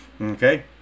Okay